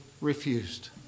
refused